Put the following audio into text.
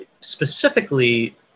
specifically